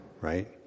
right